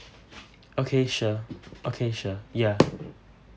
okay sure okay sure ya